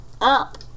up